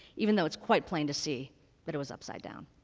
even though it's quite plain to see that it was upside down.